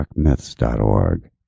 darkmyths.org